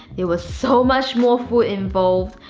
it was so much more full involved.